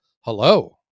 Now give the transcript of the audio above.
hello